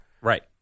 Right